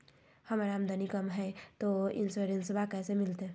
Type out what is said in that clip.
हमर आमदनी कम हय, तो इंसोरेंसबा कैसे मिलते?